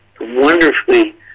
wonderfully